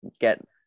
get